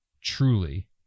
truly